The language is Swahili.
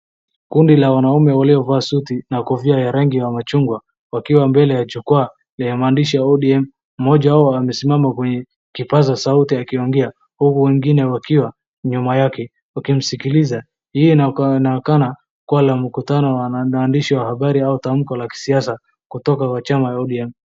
Kundi la wanaume waliovaa suti na kofia ya rangi ya machungwa wakiwa mbele ya jukwaa ya maandishi ya ODM. Mmoja wao amesimama kwenye kipaza sauti akiongea huku wengine wakiwa nyuma yake wakimsikiliza hii inaonekana kua la mkutano ya waandishi wa habari au tamko la kisiasa kutoka kwa chama ODM.